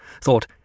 thought